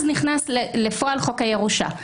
אז נכנס לפועל חוק הירושה.